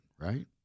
right